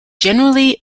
generally